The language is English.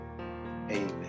Amen